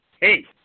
hey